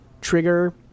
Trigger